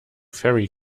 fairy